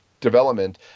development